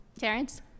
Terrence